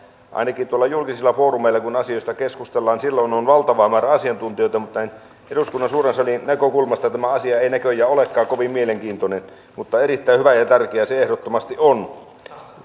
ainakin tuolla julkisilla foorumeilla kun asioista keskustellaan silloin on valtava määrä asiantuntijoita mutta eduskunnan suuren salin näkökulmasta tämä asia ei näköjään olekaan kovin mielenkiintoinen mutta erittäin hyvä ja tärkeä se ehdottomasti on